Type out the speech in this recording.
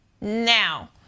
Now